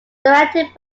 directed